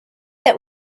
that